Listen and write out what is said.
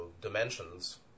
dimensions